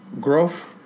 Growth